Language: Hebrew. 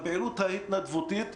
הפעילות ההתנדבותית,